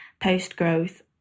post-growth